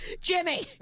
Jimmy